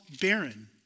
barren